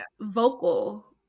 vocal